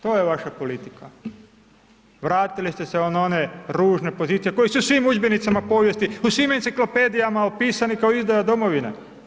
To je vaša politika, vratili ste se na one ružne pozicije, koji su u svim udžbenicima povijesti, u svim enciklopedijama opisana kao izdaja domovine.